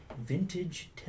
vintage